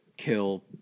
kill